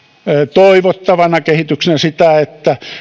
toivottavana kehityksenä sitä että